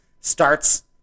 starts